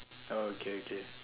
oh okay okay